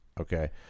Okay